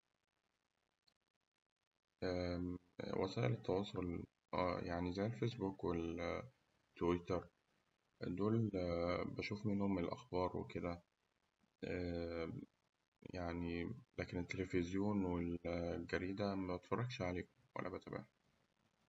وسائل التواصل يعني زي الفيسبوك وال- تويتر، دول بشوف منهم الأخبار وكده، يعني لكن التلفزيون أو الجريدة مبتفرجش عليهم ولا بتابعهم.